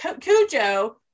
Cujo